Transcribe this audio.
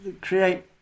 create